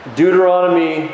Deuteronomy